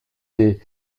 des